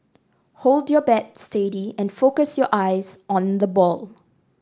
hold your bat steady and focus your eyes on the ball